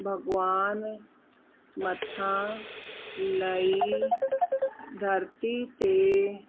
भॻवानु मथां लही धरती ते